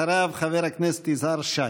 אחריו, חבר הכנסת יזהר שי.